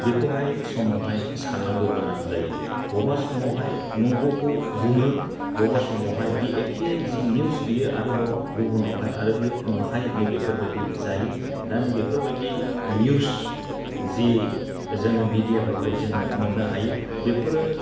बेखौहाय समावहाय साननांगौ गोनां जायो बबावबा समावहाय नंगौखौ बुङो बबावबा समावहाय बे एखे जि निउस बेयो आरोबाव गुबुनावहाय आरो बियो नंखाय नै बेफोरबायदि जायो दा नैबेफोरबायदि निउस जि जों मेडियाफ्रावहाय जों मोननो हायो बेफोरो